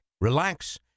relax